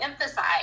emphasize